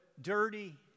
dirty